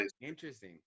Interesting